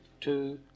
two